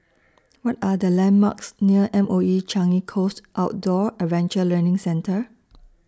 What Are The landmarks near M O E Changi Coast Outdoor Adventure Learning Centre